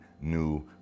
new